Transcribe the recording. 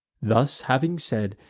thus having said,